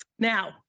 Now